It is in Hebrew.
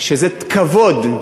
שזה כבוד,